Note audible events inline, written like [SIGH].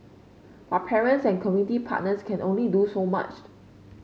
but parents and community partners can only do so much [UNINTELLIGIBLE]